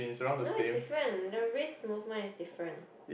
no is different the wrist movement is different